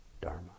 dharma